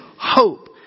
hope